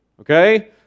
Okay